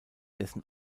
dessen